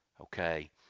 Okay